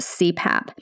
CPAP